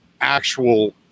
actual